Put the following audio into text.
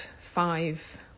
five